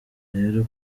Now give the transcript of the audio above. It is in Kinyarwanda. rero